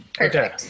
Okay